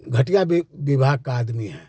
घटिया दिमाग का आदमी है